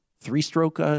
Three-stroke